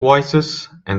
voicesand